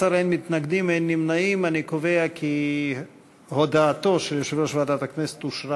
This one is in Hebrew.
נמנעים, אין הצעת ועדת הכנסת להעביר